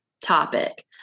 topic